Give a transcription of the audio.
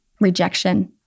rejection